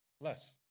less